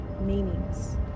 meanings